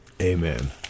Amen